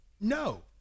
no